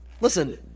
Listen